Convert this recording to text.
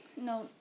no